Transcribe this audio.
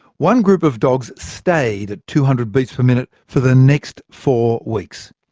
one group of dogs stayed at two hundred beats per minute for the next four weeks.